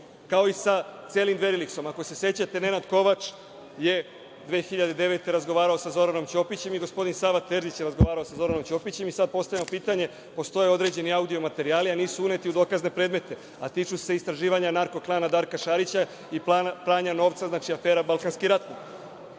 kao i sa celim „Dveriliksom“. Ako se sećate, Nenad Kovač je 2009. godine razgovarao sa Zoranom Ćopićem i gospodin Sava Terzić je razgovarao sa Zoranom Ćopićem. Sada postavljam pitanje, postoje određeni audio materijali koji nisu uneti u dokazne predmete, a tiču se istraživanja narko klana Darka Šarića i pranja novca, afera „Balkanski ratnik“.